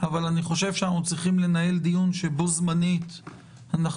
אבל אנחנו צריכים לנהל דיון שבו זמנית אנחנו